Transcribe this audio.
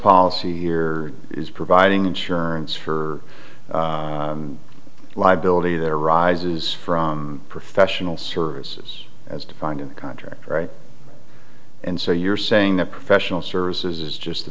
policy here is providing insurance for liability that arises from professional services as defined in the contract right and so you're saying that professional services just the